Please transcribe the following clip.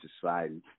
society